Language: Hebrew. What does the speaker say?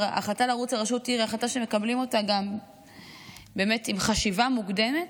הרי ההחלטה לרוץ לראשות עיר היא החלטה שמקבלים אותה גם עם חשיבה מוקדמת.